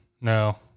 No